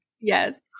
Yes